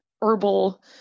herbal